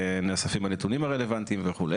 נאספים הנתונים הרלוונטיים וכו',